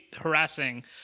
harassing